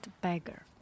beggar